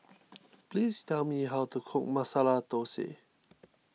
please tell me how to cook Masala Thosai